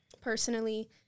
personally